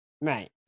Right